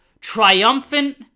triumphant